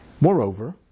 Moreover